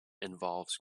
involves